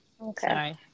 Okay